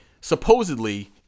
supposedly